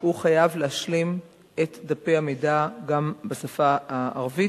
הוא חייב להשלים את דפי המידע גם בשפה הערבית,